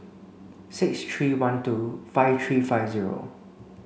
six three one two five three five zero